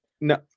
No